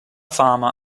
fama